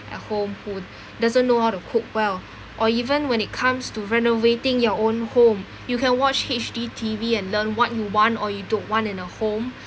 at home who doesn't know how to cook well or even when it comes to renovating your own home you can watch H_D T_V and learn what you want or you don't want in a home